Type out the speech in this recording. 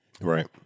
Right